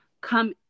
come